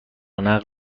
نقل